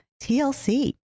TLC